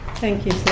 thank you,